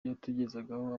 yatugezagaho